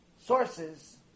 sources